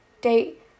Date